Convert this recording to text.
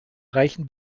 reichen